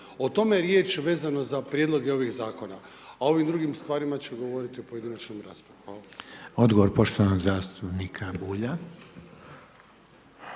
O tome je riječ vezano za Prijedloge ovih Zakona, a o ovim drugim stvarima ću govoriti o pojedinačnim raspravama. Hvala. **Reiner, Željko (HDZ)** Odgovor poštovanog zastupnika Bulja.